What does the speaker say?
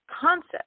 concept